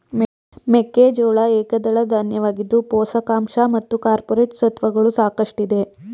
ಮೆಕ್ಕೆಜೋಳ ಏಕದಳ ಧಾನ್ಯವಾಗಿದ್ದು ಪೋಷಕಾಂಶ ಮತ್ತು ಕಾರ್ಪೋರೇಟ್ ಸತ್ವಗಳು ಸಾಕಷ್ಟಿದೆ